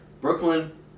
Brooklyn